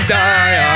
die